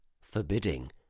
forbidding